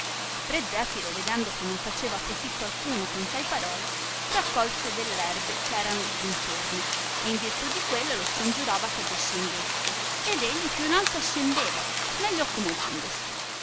pre zefiro vedendo che non faceva profitto alcuno con tai parole raccolse dell erbe eh erano lì d intorno e in virtù di quelle lo scongiurava che descendesse ed egli più alto ascendeva meglio accomodandosi